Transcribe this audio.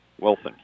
Wilson